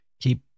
keep